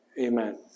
amen